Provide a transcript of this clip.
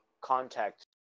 contact